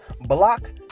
block